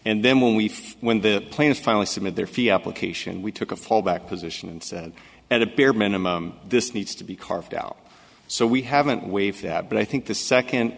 and then when we when the plaintiff finally submit their fee application we took a fallback position and said at a bare minimum this needs to be carved out so we haven't waived that but i think the second